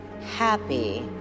happy